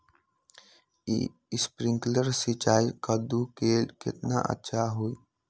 Sprinkler सिंचाई कददु ला केतना अच्छा होई?